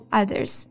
others